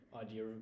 idea